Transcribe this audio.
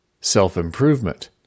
self-improvement